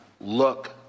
Look